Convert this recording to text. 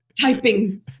Typing